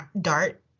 dart